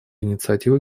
инициативу